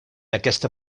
aquesta